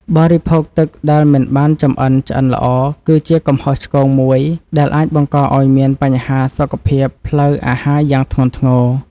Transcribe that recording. បរិភោគទឹកដែលមិនបានចម្អិនឆ្អិនល្អគឺជាកំហុសឆ្គងមួយដែលអាចបង្កឱ្យមានបញ្ហាសុខភាពផ្លូវអាហារយ៉ាងធ្ងន់ធ្ងរ។